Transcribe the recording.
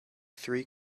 three